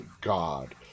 God